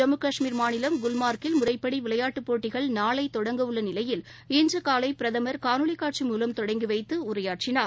ஜம்மு கஷ்மீர் மாநிலம் குல்மார்க்கில் முறைப்படி விளையாட்டுப் போட்டிகள் நாளை தொடங்க உள்ள நிலையில் இன்று காலை பிரதமர் காணொலி காட்சி மூலம் தொடங்கி வைத்து உரையாற்றினார்